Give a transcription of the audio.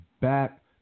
back